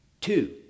two